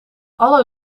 alle